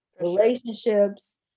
Relationships